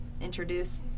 introduce